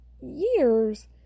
years